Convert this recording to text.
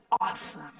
awesome